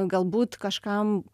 galbūt kažkam